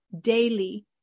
daily